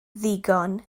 ddigon